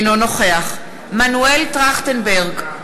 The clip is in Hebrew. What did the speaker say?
אינו נוכח מנואל טרכטנברג,